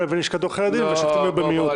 לבין לשכת עורכי הדין והשופטים היו במיעוט.